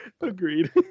Agreed